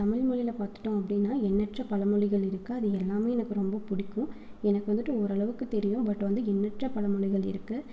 தமிழ் மொழியில பார்த்துட்டோம் அப்படின்னா எண்ணற்ற பழமொழிகள் இருக்குது அது எல்லாமே எனக்கு ரொம்ப பிடிக்கும் எனக்கு வந்துட்டு ஓரளவுக்கு தெரியும் பட் வந்து எண்ணற்ற பழமொழிகள் இருக்குது